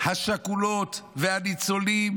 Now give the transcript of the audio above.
השכולות והניצולים